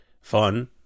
fun